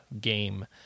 Game